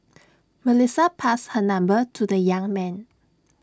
Melissa passed her number to the young man